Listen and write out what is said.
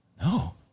no